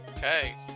Okay